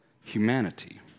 humanity